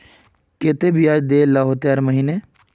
केते बियाज देल ला होते हर महीने?